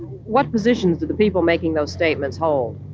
what positions did the people making those statements hold?